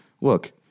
look